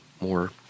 more